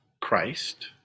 Christ